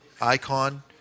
Icon